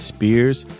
Spears